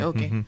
Okay